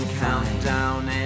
countdown